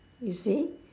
you see